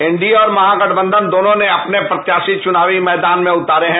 NDA और महागठबंधन दोनों ने अपने प्रत्यारी चुनायी मैदान में उतारे हैं